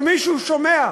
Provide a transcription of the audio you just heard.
שמישהו שומע.